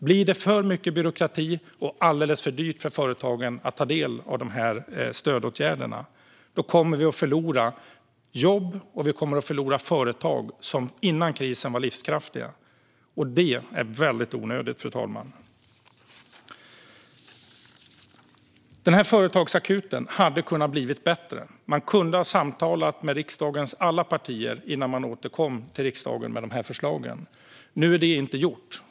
Blir det för mycket byråkrati och alldeles för dyrt för företagen att ta del av stödåtgärderna kommer vi att förlora jobb och förlora företag som före krisen var livskraftiga, och det är väldigt onödigt, fru talman. Den här företagsakuten hade kunnat bli bättre. Man kunde ha samtalat med riksdagens alla partier innan man återkom till riksdagen med förslagen. Nu är det inte gjort.